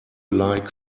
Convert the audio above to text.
like